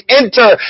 enter